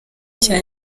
cya